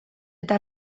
eta